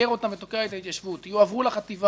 מייקר אותן ותוקע את ההתיישבות יועברו לחטיבה,